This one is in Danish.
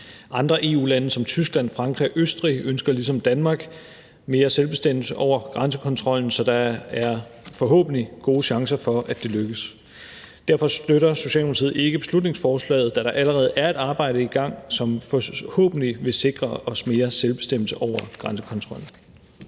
Andre EU-lande som Tyskland, Frankrig og Østrig ønsker ligesom Danmark mere selvbestemmelse over grænsekontrollen, så der er forhåbentlig gode chancer for, at det lykkes. Derfor støtter Socialdemokratiet ikke beslutningsforslaget, da der allerede er et arbejde i gang, som forhåbentlig vil sikre os mere selvbestemmelse over grænsekontrollen.